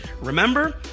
Remember